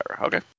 okay